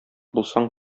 булсаң